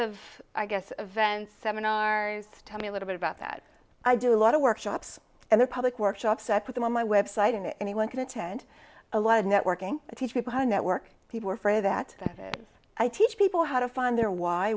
of i guess events seminars tell me a little bit about that i do a lot of workshops and the public workshops put them on my website and anyone can attend a lot of networking to teach people how to network people or for that i teach people how to find their why